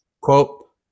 Quote